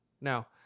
now